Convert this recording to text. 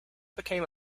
became